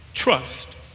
trust